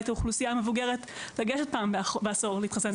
האוכלוסייה המבוגרת לגשת פעם בעשור להתחסן?